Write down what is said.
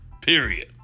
Period